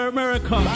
America